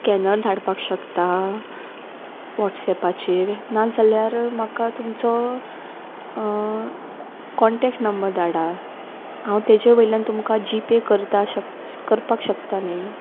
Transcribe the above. scanner धाडपाक शकता वोट्सएपाचेर नाजाल्यार म्हाका तुमचो कॉनटेक्ट नंबर धाडा हांव तेजे वयल्यान तुमकां जी पे करपाक शक करपाक शकता न्ही